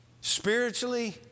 spiritually